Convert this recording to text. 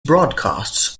broadcasts